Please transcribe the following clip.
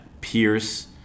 Pierce